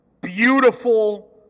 Beautiful